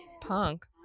Punk